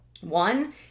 One